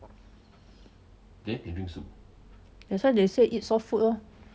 that's why they said eat soft food lor